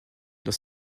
dans